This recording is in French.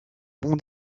bon